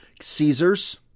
Caesars